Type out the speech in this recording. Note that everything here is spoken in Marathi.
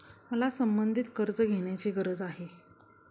मला संबंधित कर्ज घेण्याची गरज आहे